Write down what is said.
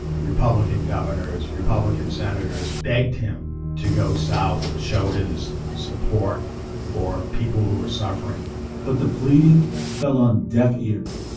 republican governors, republican senators begged him to go south to show his support for people who were suffering but the pleading fell on deaf ears.